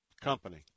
company